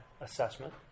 assessment